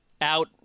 out